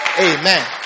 amen